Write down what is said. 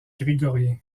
grégorien